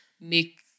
make